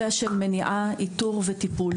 כדי להתקדם: מניעה, איתור וטיפול.